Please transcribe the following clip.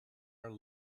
are